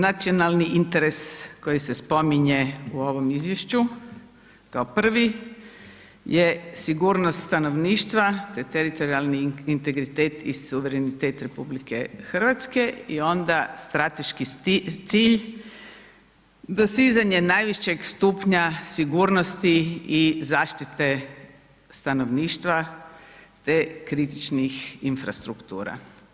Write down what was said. Nacionalni interes koji se spominje u ovom izvješću kao prvi je sigurnost stanovništva te teritorijalni integritet i suverenitet RH i onda strateški cilj dosizanje najvišeg stupnja sigurnosti i zaštite stanovništva te kritičnih infrastruktura.